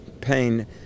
pain